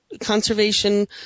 conservation